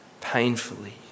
Painfully